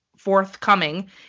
forthcoming